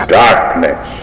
darkness